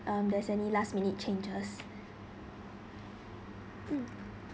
um there's any last minute changes mm